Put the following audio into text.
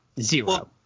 Zero